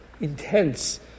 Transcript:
intense